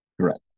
Correct